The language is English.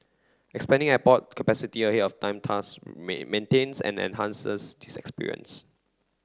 expanding airport capacity ahead of time thus main maintains and enhances this experience